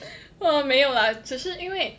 !wah! 没有啦只是因为